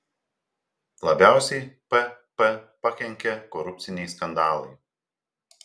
labiausiai pp pakenkė korupciniai skandalai